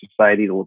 society